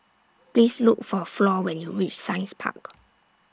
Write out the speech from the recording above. Please Look For Flor when YOU REACH Science Park